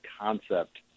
concept